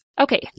Okay